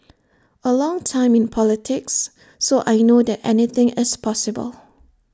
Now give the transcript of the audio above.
A long time in politics so I know that anything is possible